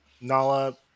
Nala